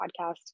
podcast